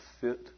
fit